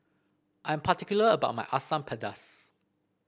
I am particular about my Asam Pedas